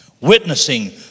witnessing